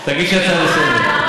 תגישי הצעה לסדר.